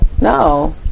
No